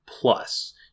Plus